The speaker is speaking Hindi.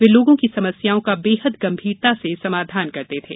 वे लोगों की समस्याओं का बेहद गम्भीरता से समाधान करते थे